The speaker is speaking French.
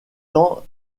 tend